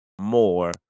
more